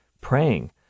praying